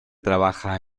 trabaja